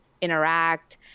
interact